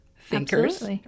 thinkers